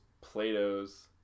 Plato's